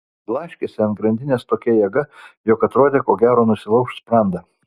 blaškėsi ant grandinės tokia jėga jog atrodė ko gero nusilauš sprandą